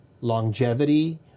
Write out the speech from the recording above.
longevity